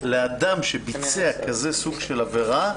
לאדם שביצע כזה סוג של עבירה,